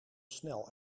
snel